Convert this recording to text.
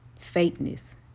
fakeness